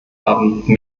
haben